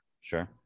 Sure